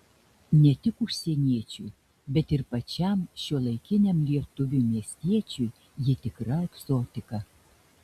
ne tik užsieniečiui bet ir pačiam šiuolaikiniam lietuviui miestiečiui ji tikra egzotika